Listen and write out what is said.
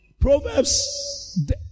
Proverbs